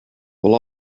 will